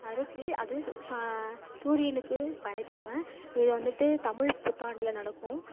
அறுத்து அது சு சா சூரியனுக்கு படைப்பாங்க இது வந்துட்டு தமிழ் புத்தாண்டில் நடக்கும்